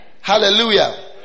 Hallelujah